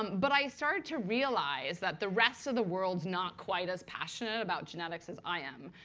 but i started to realize that the rest of the world's not quite as passionate about genetics as i am.